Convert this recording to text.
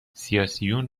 سیاسیون